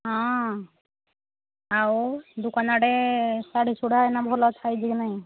ହଁ ଆଉ ଦୋକାନରେ ଶାଢ଼ୀ ସୁଢ଼ା ଏଇନା ଭଲ ଅଛି କି ନାହିଁ